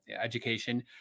education